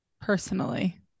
Personally